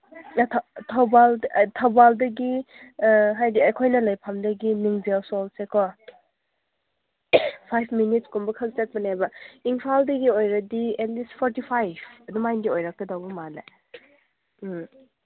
ꯊꯧꯕꯥꯜꯗꯒꯤ ꯍꯥꯏꯗꯤ ꯑꯩꯈꯣꯏꯅ ꯂꯩꯐꯝꯗꯒꯤ ꯅꯤꯡꯖꯦꯜ ꯁꯣꯜꯠꯁꯦꯀꯣ ꯐꯥꯏꯚ ꯃꯤꯅꯤꯠꯁꯀꯨꯝꯕ ꯈꯛ ꯆꯠꯄꯅꯦꯕ ꯏꯝꯐꯥꯜꯗꯒꯤ ꯑꯣꯏꯔꯗꯤ ꯑꯦꯠ ꯂꯤꯁ ꯐꯣꯔꯇꯤ ꯐꯥꯏꯚ ꯑꯗꯨꯃꯥꯏꯅꯗꯤ ꯑꯣꯏꯔꯝꯒꯗꯧꯕ ꯃꯥꯜꯂꯦ ꯎꯝ